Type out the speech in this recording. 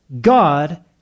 God